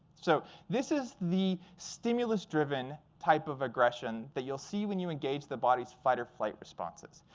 so this is the stimulus-driven type of aggression that you'll see when you engage the body's fight or flight responses.